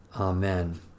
Amen